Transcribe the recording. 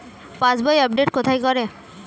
পাসবই update কোথায় করে?